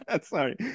Sorry